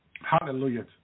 Hallelujah